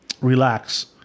relax